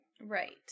Right